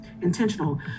intentional